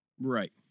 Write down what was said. Right